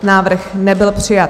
Návrh nebyl přijat.